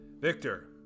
Victor